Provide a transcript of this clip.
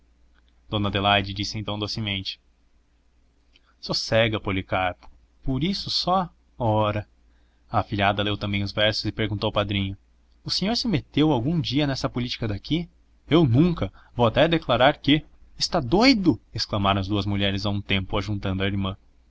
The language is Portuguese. dona adelaide disse então docemente sossega policarpo por isso só ora a afilhada leu também os versos e perguntou ao padrinho o senhor se meteu algum dia nessa política daqui eu nunca vou até declarar que está doido exclamaram as duas mulheres a um tempo ajuntando a irmã